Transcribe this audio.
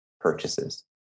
purchases